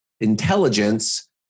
intelligence